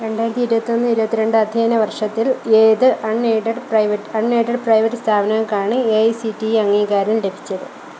രണ്ടായിരത്തി ഇരുപത്തൊന്ന് ഇരുപത്തി രണ്ട് അദ്ധ്യായന വർഷത്തിൽ ഏത് unaided private unaided private സ്ഥാപനങ്ങൾക്കാണ് A I C T E അംഗീകാരം ലഭിച്ചത്